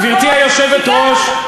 גברתי היושבת-ראש,